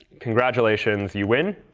congratulations, you win!